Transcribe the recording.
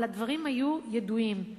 אבל הדברים היו ידועים.